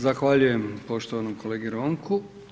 Zahvaljujem poštovanom kolegi Ronku.